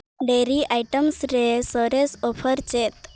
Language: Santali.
ᱰᱟᱭᱨᱤ ᱟᱭᱴᱮᱢᱥ ᱨᱮ ᱥᱚᱨᱮᱥ ᱚᱯᱷᱟᱨ ᱪᱮᱫ